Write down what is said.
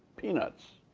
peanuts.